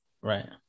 Right